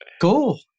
cool